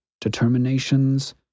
determinations